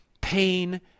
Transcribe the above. pain